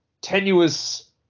tenuous